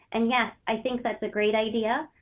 and yes, i think that's a great idea,